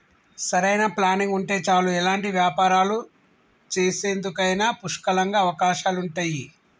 సరైన ప్లానింగ్ ఉంటే చాలు ఎలాంటి వ్యాపారాలు చేసేందుకైనా పుష్కలంగా అవకాశాలుంటయ్యి